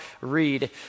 read